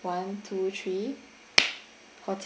one two three hotel